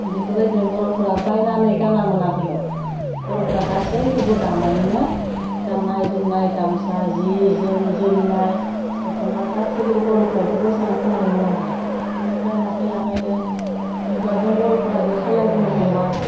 बेफोरबायदिनो बर'फ्रा बायनानै गानामोन आगोलाव बर'फ्रा गासैखौबो दानानैनो गान्नाय जोमनाय गामसा जि जोम जोमनाय दख'ना गासैखौबो बर'फ्रा बेफोर बायसानो खालायोमोन आरो बिनिफ्राय लासै लासैनो मुगाजोंबो बर'फ्राबो सोलायबोनो हमबाय